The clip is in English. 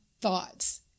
thoughts